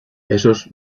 esos